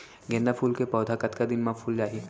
गेंदा फूल के पौधा कतका दिन मा फुल जाही?